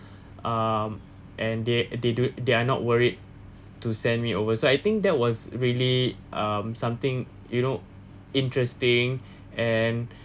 um and they they do they are not worried to send me over so I think that was really um something you know interesting and